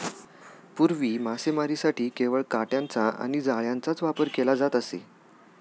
पूर्वी मासेमारीसाठी केवळ काटयांचा आणि जाळ्यांचाच वापर केला जात असे